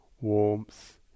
warmth